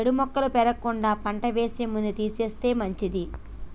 చీడ మొక్కలు పెరగకుండా పంట వేసే ముందు తీసేస్తే మంచిది